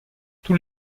tous